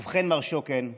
ובכן, מר שוקן,